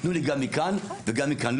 תנו לי גם מכאן וגם מכאן.